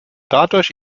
dadurch